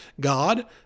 God